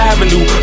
Avenue